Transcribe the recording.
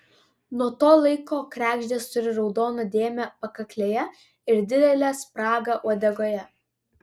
nuo to laiko kregždės turi raudoną dėmę pakaklėje ir didelę spragą uodegoje